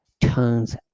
turns